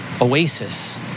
oasis